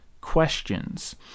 questions